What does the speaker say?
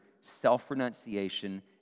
self-renunciation